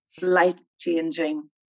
life-changing